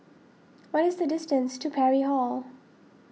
what is the distance to Parry Hall